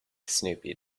snoopy